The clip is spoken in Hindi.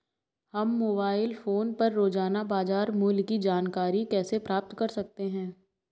हम मोबाइल फोन पर रोजाना बाजार मूल्य की जानकारी कैसे प्राप्त कर सकते हैं?